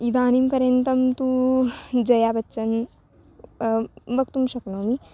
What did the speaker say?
इदानीं पर्यन्तं तु जयाबच्चन् वक्तुं शक्नोमि